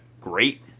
great